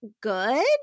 good